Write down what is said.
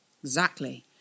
Exactly